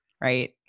right